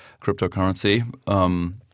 cryptocurrency